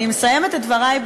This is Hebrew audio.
אני מסיימת את דברי.